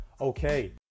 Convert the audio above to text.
Okay